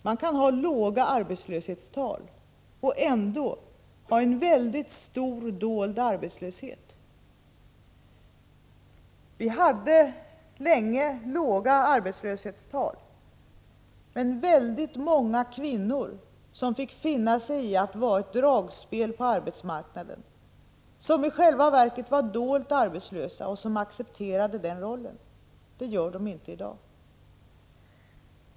Man kan ha låga arbetslöshetstal men ändå ha en väldigt stor, dold arbetslöshet. Vi hade länge låga arbetslöshetstal, samtidigt som ett mycket stort antal kvinnor fick finna sig i att drabbas av arbetsmarknadens ”dragspelseffekt”. Det var kvinnor som i själva verket var dolt arbetslösa och som accepterade den rollen. De gör de inte i dag.